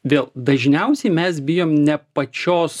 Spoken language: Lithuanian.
vėl dažniausiai mes bijom ne pačios